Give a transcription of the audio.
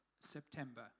September